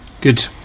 good